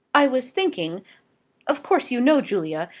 i was thinking of course you know, julia,